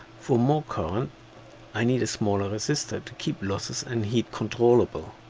for more current i need a smaller resistor to keep losses and heat controllable.